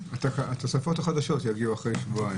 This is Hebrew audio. התוספות החדשות יגיעו אחרי שבועיים.